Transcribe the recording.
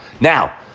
Now